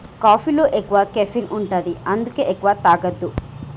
కాఫీలో ఎక్కువ కెఫీన్ ఉంటది అందుకే ఎక్కువ తాగొద్దు